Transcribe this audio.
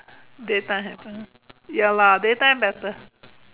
day time better ya lah day time better